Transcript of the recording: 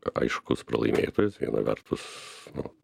aiškus pralaimėtojas viena vertus nu